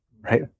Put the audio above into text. right